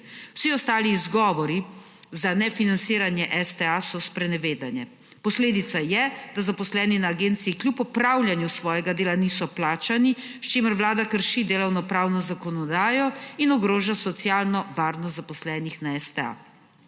Vsi ostali izgovori za nefinanciranje STA so sprenevedanje. Posledica je, da zaposleni na agenciji kljub opravljanju svojega dela niso plačani, s čimer Vlada krši delovno pravno zakonodajo in ogroža socialno varnost zaposlenih na STA.